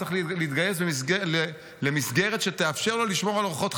צריך להתגייס למסגרת שתאפשר לו לשמור על אורחות חייו,